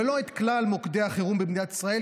ולא את כלל מוקדי החירום במדינת ישראל,